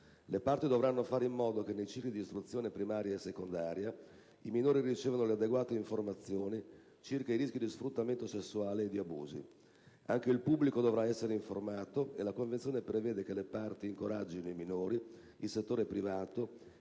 Le parti dovranno fare in modo che nei cicli di istruzione primaria e secondaria i minori ricevano le adeguate informazioni circa i rischi di sfruttamento sessuale e di abusi. Anche il pubblico dovrà essere informato e la Convenzione prevede che le parti incoraggino i minori, il settore privato, i media